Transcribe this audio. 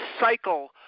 cycle